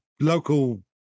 local